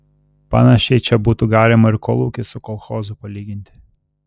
panašiai čia būtų galima ir kolūkį su kolchozu palyginti